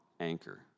anchor